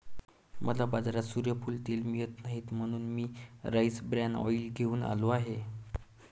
मला बाजारात सूर्यफूल तेल मिळत नाही म्हणून मी राईस ब्रॅन ऑइल घेऊन आलो आहे